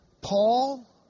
Paul